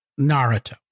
Naruto